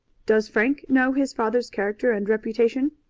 does frank know his father's character and reputation?